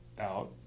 out